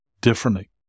differently